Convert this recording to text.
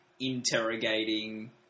interrogating